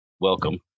welcome